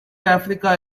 africa